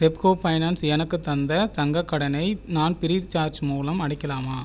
Repco finance எனக்குத் தந்த தங்கக் கடனை நான் ஃப்ரீசார்ஜ் மூலம் அடைக்கலாமா